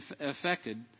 affected